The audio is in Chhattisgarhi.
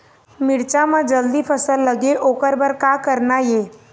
मिरचा म जल्दी फल लगे ओकर बर का करना ये?